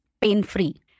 pain-free